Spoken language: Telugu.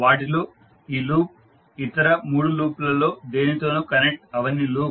వాటిలో ఈ లూప్ ఇతర 3 లూప్లలో దేనితోను కనెక్ట్ అవని లూప్